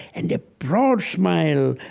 and a broad smile